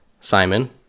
Simon